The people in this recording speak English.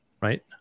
Right